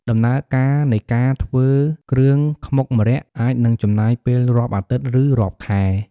ដំណើរការនៃការធ្វើគ្រឿងខ្មុកម្រ័ក្សណ៍អាចនឹងចំណាយពេលរាប់អាទិត្យ ឬ រាប់ខែ។